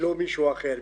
ולא מישהו אחר.